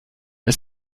ist